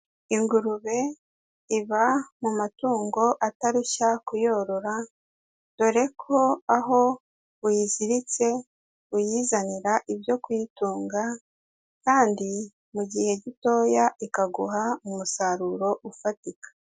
Ingurube iba mu matungo atarushya kuyorora, dore ko aho uyiziritse uyizanira ibyo kuyitunga kandi mu gihe gitoya ikaguha umusaruro ufatika.